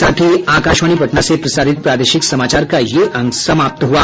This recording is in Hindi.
इसके साथ ही आकाशवाणी पटना से प्रसारित प्रादेशिक समाचार का ये अंक समाप्त हुआ